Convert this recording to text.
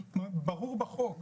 ברור בחוק.